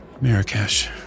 Marrakesh